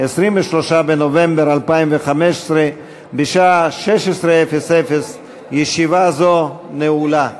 23 בנובמבר 2015, בשעה 16:00. ישיבה זו נעולה.